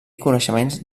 coneixements